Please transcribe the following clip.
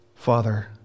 Father